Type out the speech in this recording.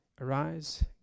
Arise